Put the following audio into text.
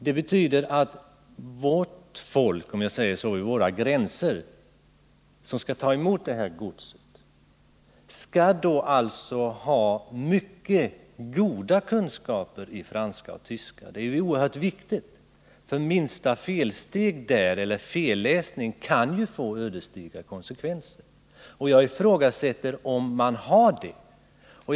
Det betyder att vårt folk, om jag säger så, som vid landets gränser skall ta emot det här godset måste ha mycket goda kunskaper i franska och tyska. Det är oerhört viktigt, för minsta felläsning kan ju få ödesdigra konsekvenser, och jag ifrågasätter om man har sådana kunskaper.